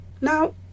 Now